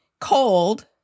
cold